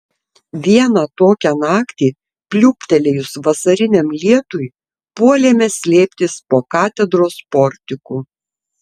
vieną tokią naktį pliūptelėjus vasariniam lietui puolėme slėptis po katedros portiku